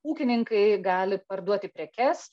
ūkininkai gali parduoti prekes